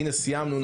הנה סיימנו,